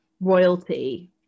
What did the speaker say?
royalty